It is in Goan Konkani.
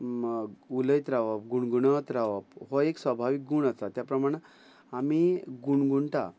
उलयत रावप गुणगुणत रावप हो एक स्वभावीक गूण आसा त्या प्रमाण आमी गुणगुणटा